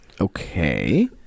Okay